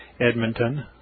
Edmonton